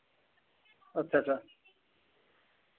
अच्छा अच्छा